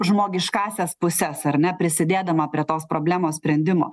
žmogiškąsias puses ar ne prisidėdama prie tos problemos sprendimo